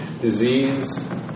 disease